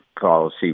policy